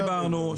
דיברנו,